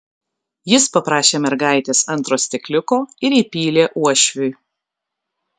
jis paprašė mergaitės antro stikliuko ir įpylė uošviui